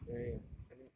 ya ya ya I mean